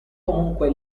comunque